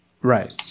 Right